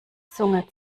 zunge